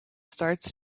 starts